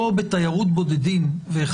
או בתיירות בודדים.